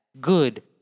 good